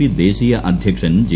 P ദേശീയ അധ്യക്ഷൻ J